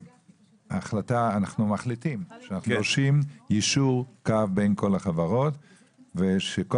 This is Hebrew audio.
אנחנו מחליטים שאנחנו דורשים יישור קו בין כל החברות ושכל